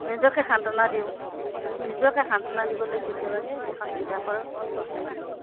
নিজকে সান্তনা দিওঁ নিজকে সান্তনা দিবলৈ কেতিয়াবা এখন কিতাপৰ সহায় বিচাৰোঁ